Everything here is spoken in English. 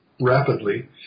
rapidly